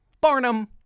Barnum